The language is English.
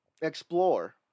Explore